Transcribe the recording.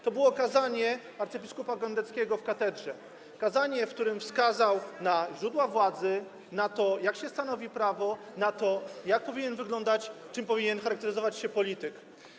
To było kazanie arcybiskupa Gądeckiego w katedrze, kazanie, w którym wskazał na źródła władzy, na to, jak się stanowi prawo, na to, jak powinien wyglądać, czym powinien charakteryzować się polityk.